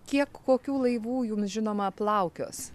kiek kokių laivų jums žinoma plaukios